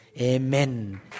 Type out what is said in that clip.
amen